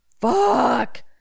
Fuck